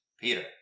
Peter